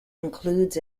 includes